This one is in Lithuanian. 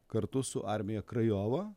kartu su armija krajova